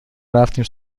رفتیم